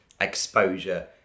exposure